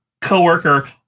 coworker